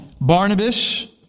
Barnabas